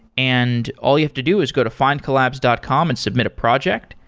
and all you have to do is go to findcollabs dot com and submit a project.